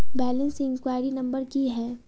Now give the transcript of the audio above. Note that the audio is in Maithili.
बैलेंस इंक्वायरी नंबर की है?